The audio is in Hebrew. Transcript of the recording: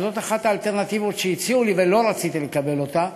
וזאת אחת האלטרנטיבות שהציעו לי ולא רציתי לקבל אותה,